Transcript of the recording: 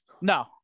No